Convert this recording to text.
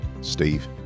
Steve